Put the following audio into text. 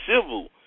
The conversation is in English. civil